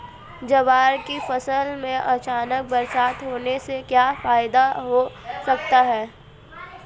ज्वार की फसल में अचानक बरसात होने से क्या फायदा हो सकता है?